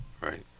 right